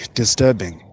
disturbing